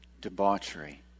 debauchery